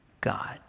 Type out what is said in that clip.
God